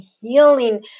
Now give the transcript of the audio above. healing